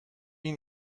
این